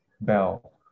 bell